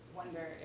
wonder